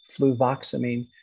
fluvoxamine